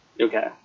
Okay